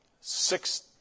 six